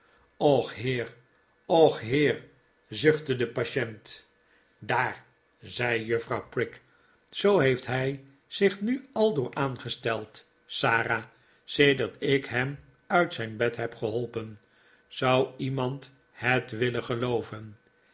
och heer och heer zuchtte de patient daar zei juffrouw prig zoo heeft hij zich nu aldoor aangesteld sara sedert ik hem uit zijn bed heb geholpen zou iemand het willen gelooven